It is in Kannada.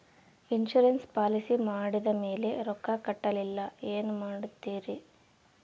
ಇನ್ಸೂರೆನ್ಸ್ ಪಾಲಿಸಿ ಮಾಡಿದ ಮೇಲೆ ರೊಕ್ಕ ಕಟ್ಟಲಿಲ್ಲ ಏನು ಮಾಡುತ್ತೇರಿ?